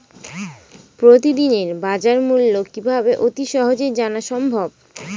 প্রতিদিনের বাজারমূল্য কিভাবে অতি সহজেই জানা সম্ভব?